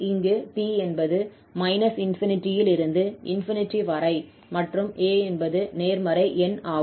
இங்கு 𝑡 என்பது ∞ இலிருந்து ∞ வரை மற்றும் a என்பது நேர்மறை எண் ஆகும்